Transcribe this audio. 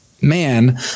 man